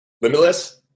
limitless